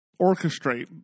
orchestrate